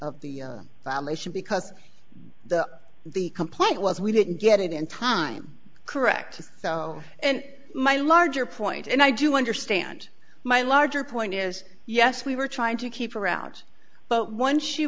of the family issue because the the complaint was we didn't get it in time correct so and my larger point and i do understand my larger point is yes we were trying to keep her out but once she